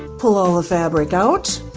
pull all the fabric out